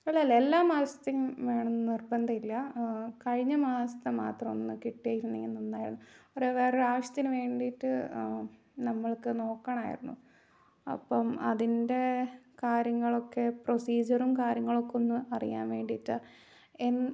അല്ല അല്ല എല്ലാ മാസത്തെയും വേണം എന്നു നിർബന്ധമില്ല കഴിഞ്ഞ മാസത്തെ മാത്രമൊന്നു കിട്ടിയിരുന്നെങ്കിൽ നന്നായിരുന്നു ഒരു വേറൊരു ആവശ്യത്തിനു വേണ്ടിയിട്ട് നമ്മൾക്ക് നോക്കണമായിരുന്നു അപ്പം അതിൻ്റെ കാര്യങ്ങളൊക്കെ പ്രൊസീജിയറും കാര്യങ്ങളൊക്കെയൊന്നു അറിയാൻ വേണ്ടിയിട്ട് എൻ